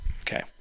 Okay